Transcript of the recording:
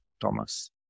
Thomas